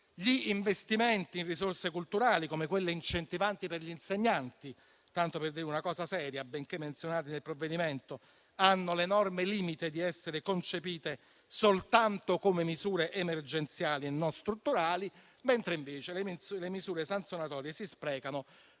Gli investimenti in risorse culturali, come quelle incentivanti per gli insegnanti, tanto per citare una questione seria, benché menzionati nel provvedimento, hanno l'enorme limite di essere concepiti soltanto come misure emergenziali e non strutturali. Le misure sanzionatorie, invece,